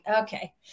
okay